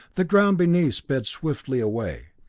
the ground beneath sped swiftly away,